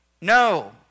No